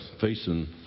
facing